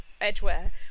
Edgeware